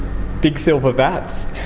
big silver vats.